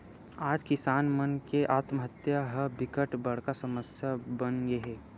आज किसान मन के आत्महत्या ह बिकट बड़का समस्या बनगे हे